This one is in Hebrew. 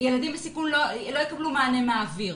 ילדים בסיכון לא יקבלו מענה מהאוויר.